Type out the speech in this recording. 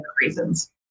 reasons